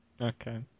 Okay